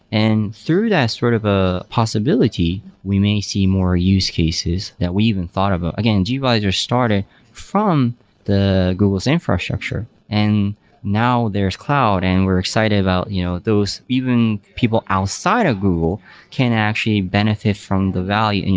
and through that sort of ah possibility, we may see more use cases that we even thought about ah again, gvisor started from the google's infrastructure. and now there's cloud and we're excited about you know those, even people outside of google can actually benefit from the value,